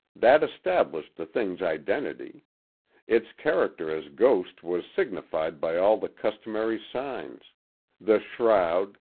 that established the thing's identity its character as ghost was signified by all the customary signs the shroud,